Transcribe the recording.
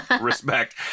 respect